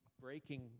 breaking